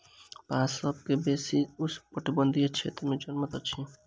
बांस सभ सॅ बेसी उष्ण कटिबंधीय क्षेत्र में जनमैत अछि